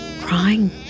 crying